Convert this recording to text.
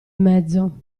mezzo